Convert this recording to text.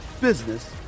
business